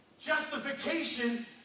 Justification